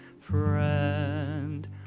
friend